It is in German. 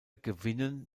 gewinnen